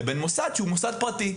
לבין מוסד שהוא מוסד פרטי.